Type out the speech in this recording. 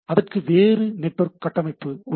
அதற்கு வேறு நெட்வொர்க் கட்டமைப்பு உள்ளது